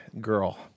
girl